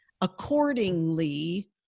accordingly